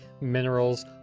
minerals